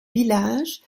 village